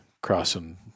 crossing